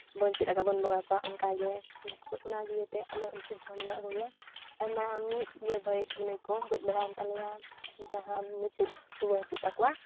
ᱵᱚᱱ ᱪᱮᱫ ᱞᱮᱠᱟᱵᱚᱱ ᱵᱚᱸᱜᱟ ᱠᱚᱣᱟ ᱚᱱᱠᱟᱜᱮ ᱚᱱᱟ ᱫᱤᱭᱮᱛᱮ ᱟᱞᱮ ᱩᱱᱠᱩ ᱦᱚᱸ ᱢᱮᱱᱟᱜ ᱠᱚᱜᱮᱭᱟ ᱟᱨ ᱢᱟᱨᱟᱝ ᱢᱤᱫ ᱤᱭᱟᱹ ᱵᱟᱹᱭ ᱢᱟᱱᱮ ᱠᱚ ᱜᱚᱡ ᱵᱟᱲᱟᱭᱮᱱ ᱛᱟᱞᱮᱭᱟ ᱡᱟᱦᱟᱸ ᱢᱤᱫᱴᱮᱡ ᱨᱩᱣᱟᱹ ᱦᱤᱡᱩᱜ ᱛᱟᱠᱚᱣᱟ